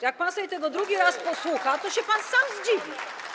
Jak pan sobie tego drugi raz posłucha, to sam się pan zdziwi.